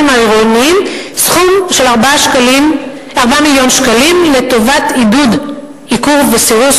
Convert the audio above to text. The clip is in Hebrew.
העירוניים סכום של 4 מיליוני שקלים לטובת עידוד עיקור וסירוס